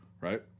right